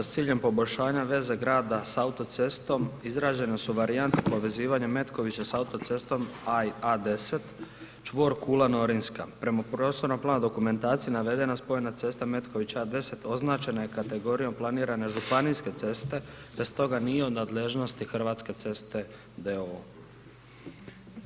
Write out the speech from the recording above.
S ciljem poboljšanja veze grada s autocestom izrađene su varijante povezivanja Metkovića s autocestom A10 čvor Kula Norinska prema prostornom planu dokumentacije navedena spojena cesta Metković A10 označena je kategorijom planirane županijske ceste te stoga nije u nadležnosti Hrvatske ceste d.o.o.